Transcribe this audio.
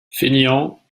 fainéant